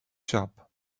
shop